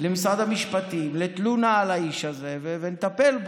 למשרד המשפטים, לתלונה על האיש הזה, ונטפל בו.